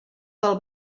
del